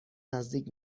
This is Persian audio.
نزدیک